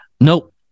nope